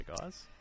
guys